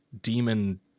demon